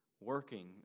working